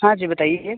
हाँ जी बताइये